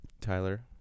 Tyler